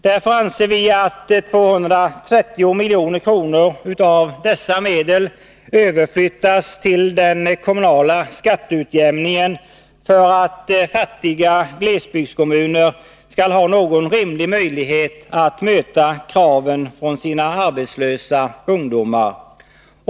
Därför anser vi att 230 milj.kr. av dessa medel skall överflyttas till den kommunala skatteutjämningen för att fattiga glesbygdskommuner skall ha någon rimlig möjlighet att möta kraven från sina arbetslösa ungdomar.